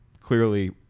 clearly